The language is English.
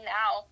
now